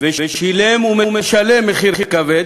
ושילם ומשלם מחיר כבד,